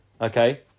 okay